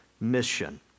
mission